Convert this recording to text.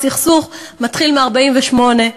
הסכסוך מתחיל מ-48',